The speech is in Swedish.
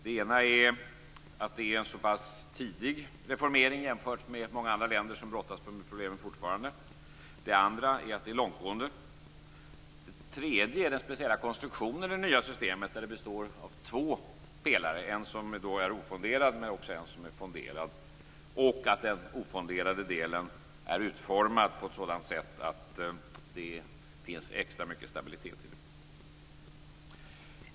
Det ena är att det är en så pass tidig reformering jämfört med många andra länder som brottas med problemen fortfarande. Det andra är att det är långtgående. Det tredje är den speciella konstruktionen i det nya systemet, som består av två pelare, en som är ofonderad och en som är fonderad och den ofonderade delen är utformad på ett sådant sätt att det finns extra mycket stabilitet i det.